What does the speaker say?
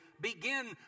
begin